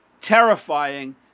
terrifying